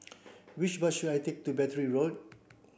which bus should I take to Battery Road